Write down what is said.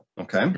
Okay